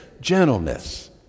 gentleness